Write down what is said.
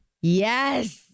Yes